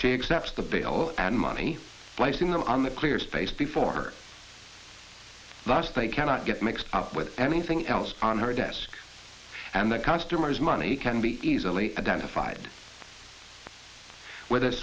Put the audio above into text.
she accepts the bill and money placing them on the clear space before her last they cannot get mixed up with anything else on her desk and that constant is money can be easily identified with a